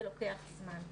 זה לוקח זמן.